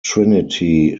trinity